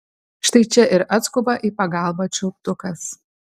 štai čia ir atskuba į pagalbą čiulptukas